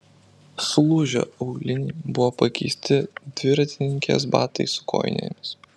sulūžę auliniai buvo pakeisti dviratininkės batais su kojinėmis